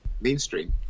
mainstream